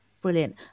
brilliant